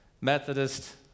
Methodist